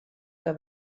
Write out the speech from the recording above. que